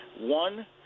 One